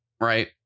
right